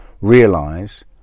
realize